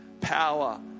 power